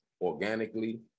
organically